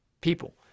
people